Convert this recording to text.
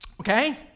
okay